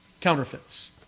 Counterfeits